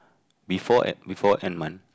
before en~ before end month